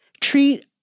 treat